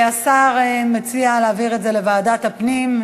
השר מציע להעביר את זה לוועדת הפנים.